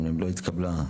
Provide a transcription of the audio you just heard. הצבעה לא התקבלה.